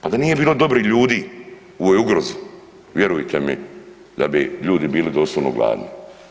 Pa da nije bilo dobri ljudi u ovoj ugrozi vjerujte mi da bi ljudi bili doslovno gladni.